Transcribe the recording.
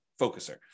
focuser